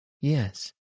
Yes